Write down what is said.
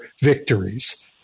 victories